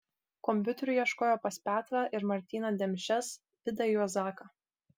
kompiuterių ieškojo pas petrą ir martyną demšes vidą juozaką